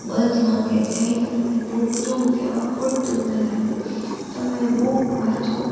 બંધમાં કે જ્યાં એ તમને તૂટતું કે અખૂટતું ન લાગે તમે બુક વાંચો